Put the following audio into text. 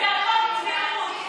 את עכשיו אמרת לי את זה.